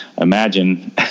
imagine